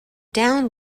down